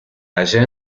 halla